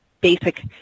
basic